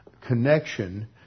connection